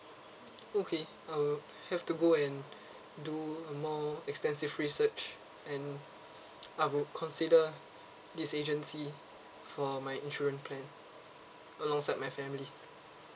okay uh have to go and do uh more extensive research then I would consider this agency for my insurance plan alongside my family